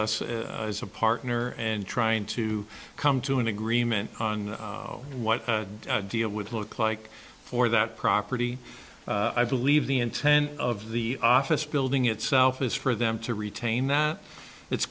us as a partner and trying to come to an agreement on what deal would look like for that property i believe the intent of the office building itself is for them to retain that it's